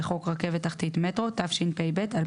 לחוק רכבת תחתית (מטרו), התשפ"ב-2021."